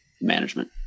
management